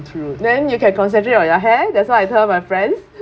true then you can concentrate on your hair that's what I tell my friends